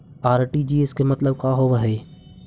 RTGS के मतलब का होव हई?